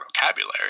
vocabulary